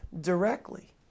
directly